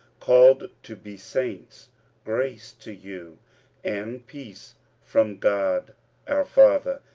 called to be saints grace to you and peace from god our father,